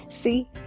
See